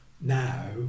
now